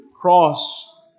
cross